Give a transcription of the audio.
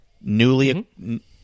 Newly